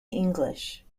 english